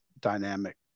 dynamic